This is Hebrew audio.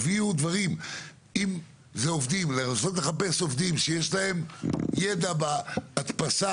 אם זה לחפש עובדים שיש להם ידע בהדפסה